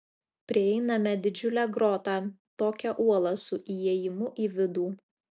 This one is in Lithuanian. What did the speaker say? prieiname didžiulę grotą tokią uolą su įėjimu į vidų